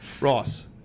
Ross